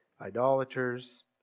idolaters